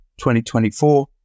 2024